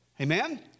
Amen